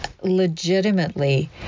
legitimately